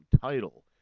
title